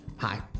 Hi